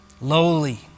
lowly